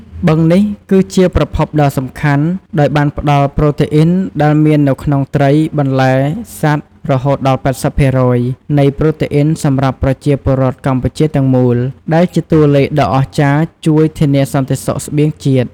បឹងនេះគឺជាប្រភពដ៏សំខាន់ ដោយបានផ្ដល់ប្រូតេអុីនដែលមាននៅក្នុងត្រី បន្លែ សត្វ រហូតដល់ ៨០% នៃប្រូតេអ៊ីនសម្រាប់ប្រជាពលរដ្ឋកម្ពុជាទាំងមូល ដែលជាតួលេខដ៏អស្ចារ្យជួយធានាសន្តិសុខស្បៀងជាតិ។